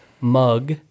mug